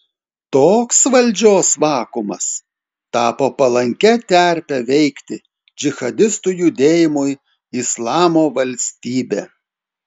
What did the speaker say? toks valdžios vakuumas tapo palankia terpe veikti džihadistų judėjimui islamo valstybė